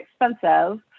expensive